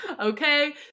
Okay